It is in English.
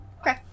Okay